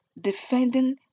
defending